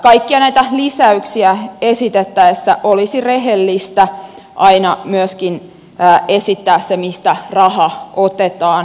kaikkia näitä lisäyksiä esitettäessä olisi rehellistä aina myöskin esittää se mistä raha otetaan